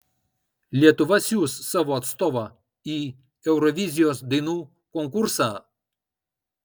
lietuva siųs savo atstovą į eurovizijos dainų konkursą